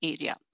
area